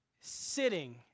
sitting